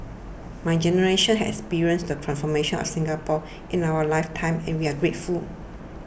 my generation has experienced the transformation of Singapore in our life time and we are grateful